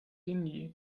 hindi